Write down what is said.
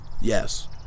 Yes